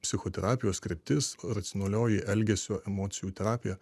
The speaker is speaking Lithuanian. psichoterapijos kryptis racionalioji elgesio emocijų terapija